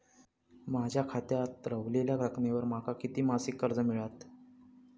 माझ्या खात्यात रव्हलेल्या रकमेवर माका किती मासिक कर्ज मिळात?